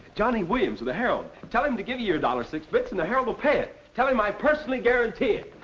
johnny williams of the herald. tell him to give you your dollar six bits and the herald will pay it. tell him i personally guarantee it.